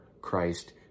Christ